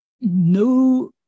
no